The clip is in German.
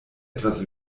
etwas